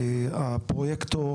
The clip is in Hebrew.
הפרויקטור